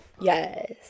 Yes